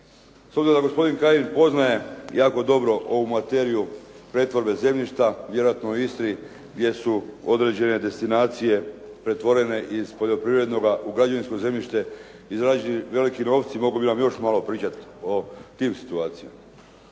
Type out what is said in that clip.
obzirom da gospodin Kajin poznaje jako dobro ovu materiju pretvorbe zemljišta, vjerojatno u Istri gdje su određene destinacije pretvorene iz poljoprivrednoga u građevinsko zemljište i zarađeni veliki novci, mogao bih vam još malo pričati o tim situacijama.